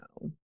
No